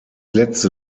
letzte